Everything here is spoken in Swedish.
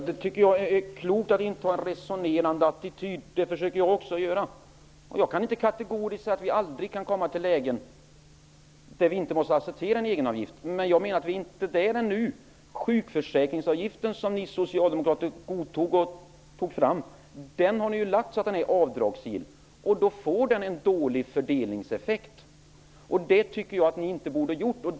Herr talman! Det är klokt att inta en resonerande attityd. Det försöker jag också att göra. Jag kan inte kategoriskt säga att vi aldrig kan komma till lägen där vi måste acceptera en egenavgift. Men jag menar att vi inte är där ännu. Den sjukförsäkringsavgift som ni socialdemokrater var med om att ta fram är ju avdragsgill. Då får den en dålig fördelningseffekt. Detta borde ni inte ha medverkat till.